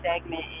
segment